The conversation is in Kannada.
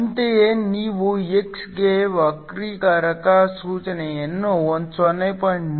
ಅಂತೆಯೇ ನೀವು x ಗೆ ವಕ್ರೀಕಾರಕ ಸೂಚಿಯನ್ನು 0